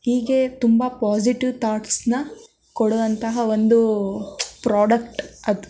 ಹೀಗೆ ತುಂಬ ಪಾಸಿಟಿವ್ ಥಾಟ್ಸನ್ನ ಕೊಡುವಂತಹ ಒಂದು ಪ್ರಾಡಕ್ಟ್ ಅದು